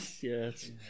Yes